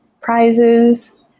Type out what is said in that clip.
prizes